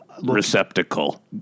receptacle